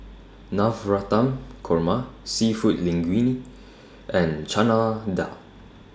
Navratan Korma Seafood Linguine and Chana Dal